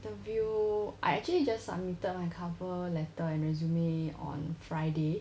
interview I actually just submitted my cover letter and resume on friday